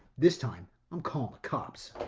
this time, i'm calling the cops.